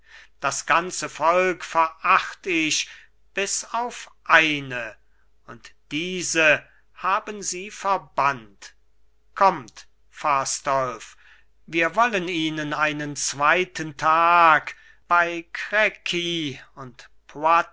das ganze volk veracht ich bis auf eine und diese haben sie verbannt kommt fastolf wir wollen ihnen einen zweiten tag bei crequi und